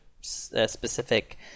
specific